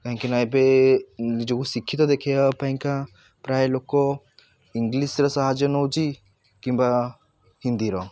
କାହିଁକି ନା ଏବେ ନିଜକୁ ଶିକ୍ଷିତ ଦେଖେଇ ହେବା ପାଇଁ କା ପ୍ରାୟ ଲୋକ ଇଂଗ୍ଲିଶ୍ର ସାହାଯ୍ୟ ନେଉଛି କିମ୍ବା ହିନ୍ଦୀର